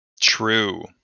True